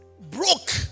broke